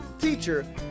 teacher